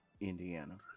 indiana